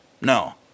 No